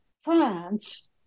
France